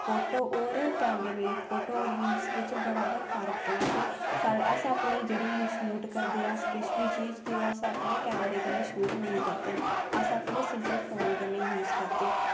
photo और कैमरे दे फोटो और रील बिच बड़ा गै फर्क ऐ ते अस अपनी जेह्ड़ी शूट करदे ऐ किश बी चीज ते ओह् अस अपने कैमरे कन्नै शूट नेईं करदे न अस अपने सिंपल फोन कन्नै ही यूज करदे